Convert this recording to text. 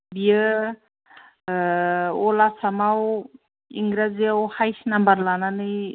बियो अल आसामाव इंराजिआव हाईस्ट नाम्बार लानानै